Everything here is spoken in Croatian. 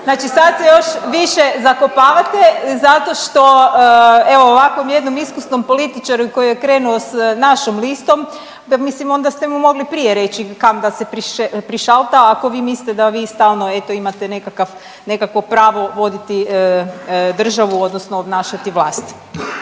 znači sad se još više zakopavate zato što evo ovakvom jednom iskusnom političaru koji je krenuo s našom listom, pa mislim onda ste mu mogli prije reći kam da se prišalta ako vi mislite da vi stalno eto imate nekakav, nekakvo pravo voditi državu odnosno obnašati vlast.